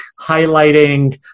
highlighting